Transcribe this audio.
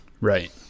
Right